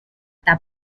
stata